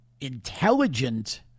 intelligent